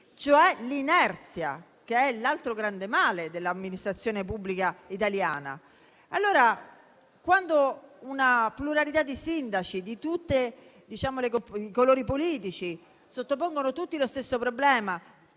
e l'inerzia, che è l'altro grande male dell'amministrazione pubblica italiana. Una pluralità di sindaci, di tutti i colori politici, sottopongono tutti lo stesso problema,